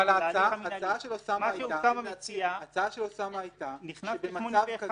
אבל ההצעה של אוסאמה הייתה --- מה שאוסאמה מציע נכנס ב-81א4.